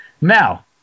now